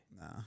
Nah